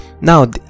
now